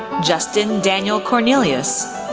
justin daniel cornelius,